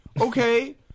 Okay